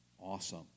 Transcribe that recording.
awesome